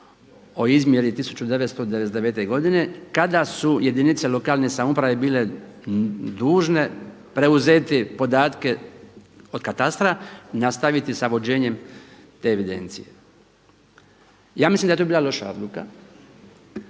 o izmjeri 1999. godine kada su jedinice lokalne samouprave bile dužne preuzeti podatke od katastra i nastaviti s vođenjem te evidencije. Ja mislim da je to bila loša odluka,